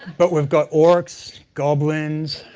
but we've got orcs, goblins,